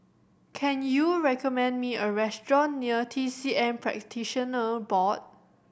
can you recommend me a restaurant near T C M Practitioner Board